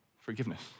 Forgiveness